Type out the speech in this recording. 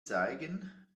zeigen